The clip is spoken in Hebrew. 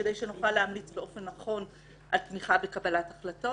כדי שנוכל להמליץ באופן נכון על תמיכה בקבלת החלטות,